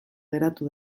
geratu